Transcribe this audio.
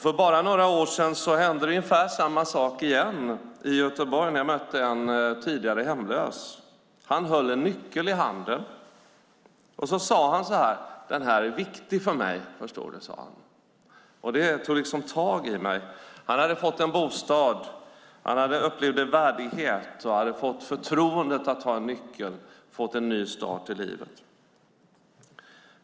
För bara några år sedan hände ungefär samma sak igen i Göteborg när jag mötte en tidigare hemlös. Han höll en nyckel i handen och sade: Den här är viktig för mig, förstår du. Det tog tag i mig. Han hade fått en bostad. Han upplevde värdighet och hade fått förtroendet att ha en nyckel. Han hade fått en ny start i livet.